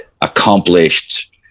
accomplished